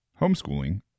Homeschooling